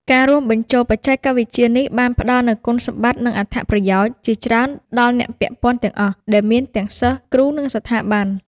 ការរួមបញ្ចូលបច្ចេកវិទ្យានេះបានផ្តល់នូវ គុណសម្បត្តិ និងអត្ថប្រយោជន៍ ជាច្រើនដល់អ្នកពាក់ព័ន្ធទាំងអស់ ដែលមានទាំងសិស្ស គ្រូ និងស្ថាប័ន។